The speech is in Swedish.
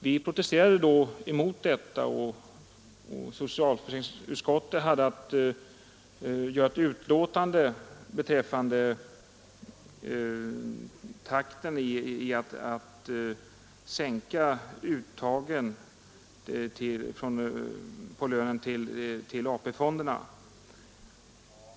Vi protesterade då mot detta, och socialförsäkringsutskottet hade att skriva ett betänkande beträffande takten i sänkningen av uttagen på lönen till AP-fonderna.